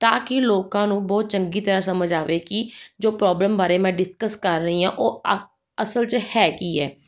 ਤਾਂ ਕਿ ਲੋਕਾਂ ਨੂੰ ਬਹੁਤ ਚੰਗੀ ਤਰ੍ਹਾਂ ਸਮਝ ਆਵੇ ਕਿ ਜੋ ਪ੍ਰੋਬਲਮ ਬਾਰੇ ਮੈਂ ਡਿਸਕਸ ਕਰ ਰਹੀ ਹਾਂ ਉਹ ਅ ਅਸਲ 'ਚ ਹੈ ਕੀ ਹੈ